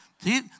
See